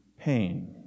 pain